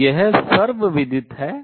तो यह सर्वविदित है